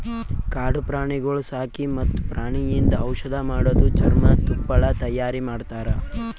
ಕಾಡು ಪ್ರಾಣಿಗೊಳ್ ಸಾಕಿ ಮತ್ತ್ ಪ್ರಾಣಿಯಿಂದ್ ಔಷಧ್ ಮಾಡದು, ಚರ್ಮ, ತುಪ್ಪಳ ತೈಯಾರಿ ಮಾಡ್ತಾರ